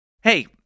Hey